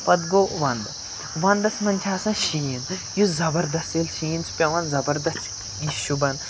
پَتہٕ گوٚو وَندٕ وَندَس منٛز چھِ آسان شیٖن یُس زَبردَس ییٚلہِ شیٖن چھُ پٮ۪وان زَبردَس چھِ یہِ شوٗبان